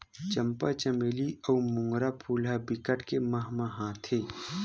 चंपा, चमेली अउ मोंगरा फूल ह बिकट के ममहाथे